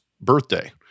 birthday